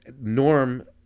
Norm